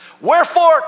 Wherefore